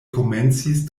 komencis